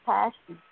Passion